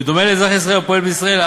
בדומה לאזרח ישראלי הפועל בישראל,